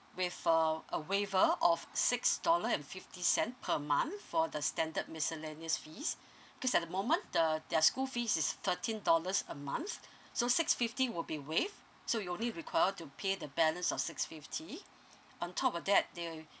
with uh a waiver of six dollar and fifty cents per month for the standard miscellaneous fees kids at the moment the their school fees is thirteen dollars a month so six fifty will be waived so you only require to pay the balance of six fifty on top of that they